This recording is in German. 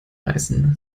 reißen